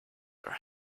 are